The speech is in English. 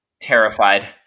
Terrified